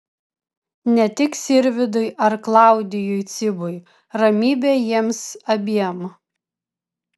ne tik sirvydui ar klaudijui cibui ramybė jiems abiem